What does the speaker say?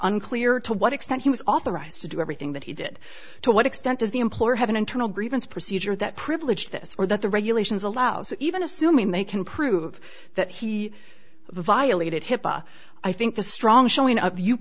unclear to what extent he was authorized to do everything that he did to what extent does the employer have an internal grievance procedure that privilege this or that the regulations allows even assuming they can prove that he violated hipaa i think the strong showing of you